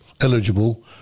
eligible